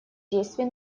действий